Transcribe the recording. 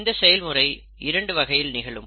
இந்த செயல்முறை இரண்டு வகையில் நிகழும்